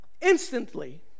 Instantly